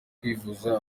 kwivuza